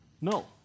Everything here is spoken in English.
No